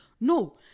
no